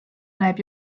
näeb